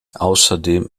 außerdem